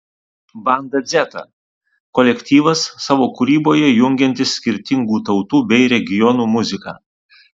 banda dzeta kolektyvas savo kūryboje jungiantis skirtingų tautų bei regionų muziką